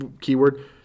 keyword